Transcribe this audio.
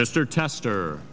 mr tester